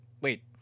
wait